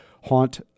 haunt